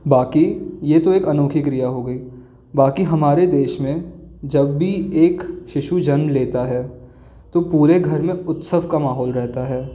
बाकी ये तो एक अनोखी क्रिया हो गई बाकी हमारे देश में जब भी एक शिशु जन्म लेता है तो पूरे घर में उत्सव का माहौल रहता है